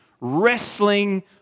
wrestling